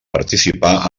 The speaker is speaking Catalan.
participar